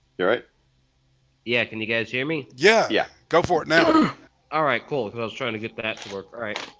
yeah right yeah, can you guys hear me? yeah? yeah go for it now all right cool cuz i was trying to get that to work all right.